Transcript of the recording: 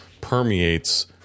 permeates